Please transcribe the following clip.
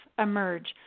emerge